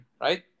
right